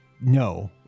no